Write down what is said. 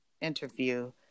interview